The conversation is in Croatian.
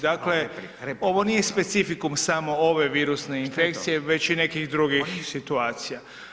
Dakle, ovo nije specifikum samo ove virusne infekcije već i nekih drugih situacija.